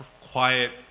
quiet